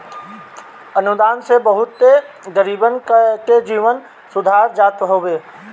अनुदान से बहुते गरीबन के जीवन सुधार जात हवे